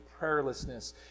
prayerlessness